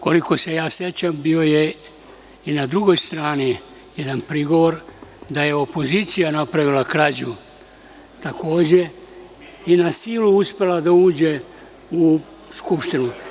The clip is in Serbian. Koliko se ja sećam bio je i na drugoj strani jedan prigovor, da je opozicija napravila krađu, takođe, i na silu uspela da uđe u Skupštinu.